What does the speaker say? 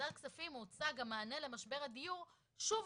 וכשבוועדת הכספים הוצג המענה למשבר הדיור שוב